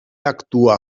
actua